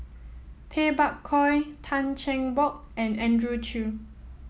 Tay Bak Koi Tan Cheng Bock and Andrew Chew